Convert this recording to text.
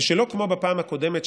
ושלא כמו בפעם הקודמת,